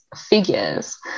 figures